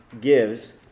gives